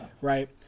right